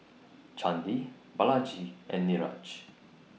Chandi Balaji and Niraj